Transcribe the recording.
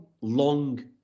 long